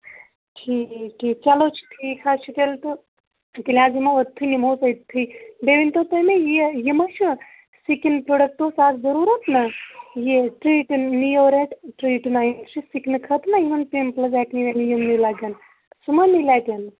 ٹھیٖک ٹھیٖک چلو ٹھیٖک حظ چھُ تیٚلہِ تہٕ تیٚلہِ حظ یِمو اوٚتھُے یِمو اوٚتھُے بیٚیہِ ؤنۍتَو تُہۍ مےٚ یہِ یہِ ما چھُ سِکِن پرٛوڈَکٹ اوس اَکھ ضروٗرت نا یہِ تھرٛی سن لِیر آسہِ ٹریٖٹ نایِن یہِ چھُ سِکنس خٲطرٕ یِوان یِمن پِمپٔلز آسہِ یِمن لَگان تِمن لگان